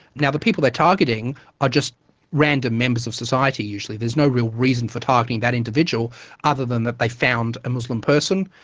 now, the people they're targeting are just random members of society usually, there's no real reason for targeting that individual other than that they found a muslim person,